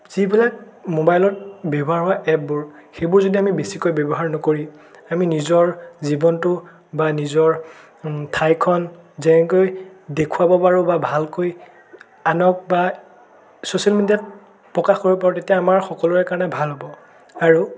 যিবিলাক ম'বাইলত ব্য়ৱহাৰ হোৱা এপবোৰ সেইবোৰ যদি আমি বেছিকৈ ব্য়ৱহাৰ নকৰি আমি নিজৰ জীৱনটো বা নিজৰ ঠাইখন যেনেকৈ দেখুৱাব পাৰোঁ বা ভালকৈ আনক বা ছ'চিয়েল মিডিয়াত প্ৰকাশৰ ওপৰত তেতিয়া আমাৰ সকলোৰে কাৰণে ভাল হ'ব আৰু